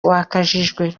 wakajijwe